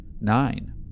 nine